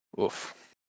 oof